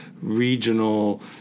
regional